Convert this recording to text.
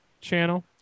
channel